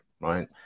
Right